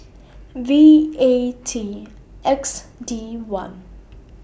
V A T X D one